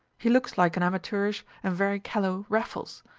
he looks like an amateurish and very callow raffles.